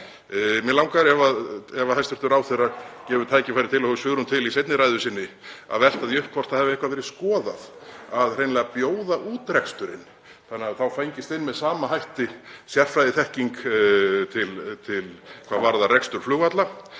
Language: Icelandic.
Mig langar, ef hæstv. ráðherra gefur tækifæri til og hefur svigrúm til í seinni ræðu sinni, að velta því upp hvort það hafi eitthvað verið skoðað að hreinlega bjóða út reksturinn þannig að þá fengist inn með sama hætti sérfræðiþekking hvað varðar rekstur flugvalla.